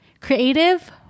creative